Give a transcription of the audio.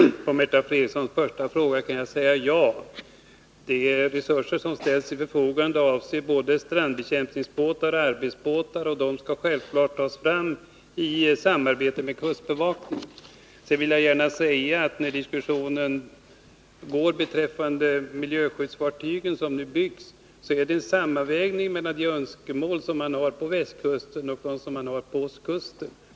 Herr talman! På Märta Frediksons första fråga kan jag svara ja. De resurser som ställs till förfogande avser både strandbekämpningsbåtar och arbetsbåtar. Dessa skall självfallet tas fram i samarbete med kustbevakningen. Sedan vill jag gärna säga beträffande diskussionen om de miljöskyddsfartyg som nu byggs att det sker en sammanvägning mellan de önskemål man har på västkusten och de önskemål man har på ostkusten.